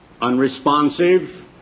unresponsive